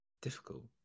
difficult